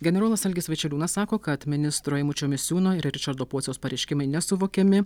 generolas algis vaičeliūnas sako kad ministro eimučio misiūno ir ričardo pociaus pareiškimai nesuvokiami